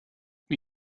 wie